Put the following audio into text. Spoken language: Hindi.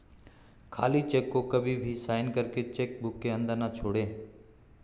खाली चेक को कभी भी साइन करके चेक बुक के अंदर न छोड़े